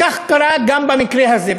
כך קרה גם במקרה הזה.